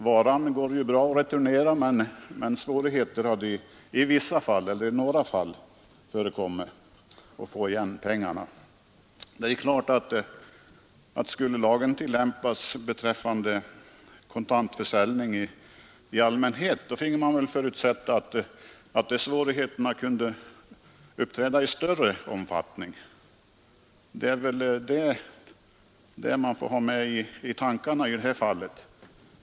Det går bra att returnera varan, men i några fall hade det varit svårigheter att få tillbaka erlagd handpenning. Om lagen skulle tillämpas beträffande kontantförsäljning i allmänhet finge man förutsätta att svårigheterna skulle uppträda i större omfattning.